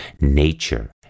Nature